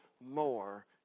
more